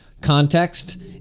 context